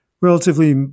relatively